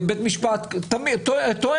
בית משפט טועה.